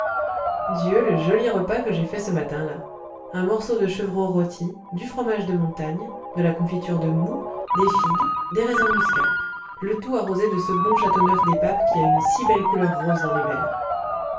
dieu le joli repas que j'ai fait ce matin-là un morceau de chevreau rôti du fromage de montagne de la confiture de moût des figues des raisins muscats le tout arrosé de ce bon châteauneuf des papes qui a une si belle couleur rose dans les verres